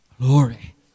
Glory